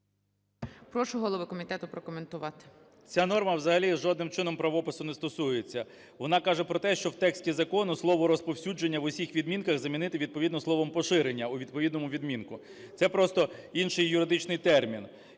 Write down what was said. Прошу голову комітету прокоментувати. 13:04:19 КНЯЖИЦЬКИЙ М.Л. Ця норма взагалі жодним чином правопису не стосується. Вона каже про те, що в тексті закону слово "розповсюдження" в усіх відмінках замінити словом "поширення" у відповідному відмінку. Це просто інший юридичний термін.